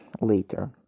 later